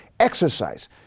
Exercise